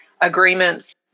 agreements